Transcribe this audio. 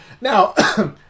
Now